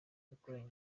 yakoranye